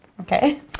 Okay